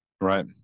Right